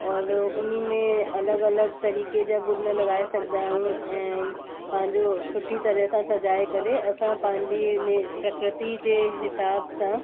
और उनमें अलॻि अलॻि तरीक़े जा गुल लगाए सघंदा आहियूं ऐं पंहिंजो सुठी तरह सां सजाए करे असां पंहिंजी नी प्रकृति जे हिसाब सां